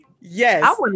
Yes